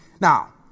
Now